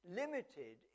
limited